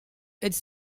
its